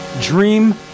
Dream